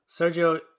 Sergio